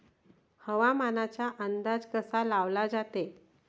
हवामानाचा अंदाज कसा लावला जाते?